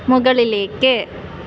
മുകളിലേക്ക്